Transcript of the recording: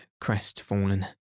crestfallen